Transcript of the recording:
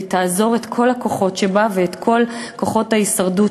והיא תאזור את כל הכוחות שבה ואת כל כוחות ההישרדות